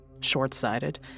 short-sighted